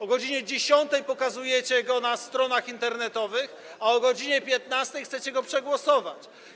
O godz. 10 pokazujecie go na stronach internetowych, a o godz. 15 chcecie go przegłosować.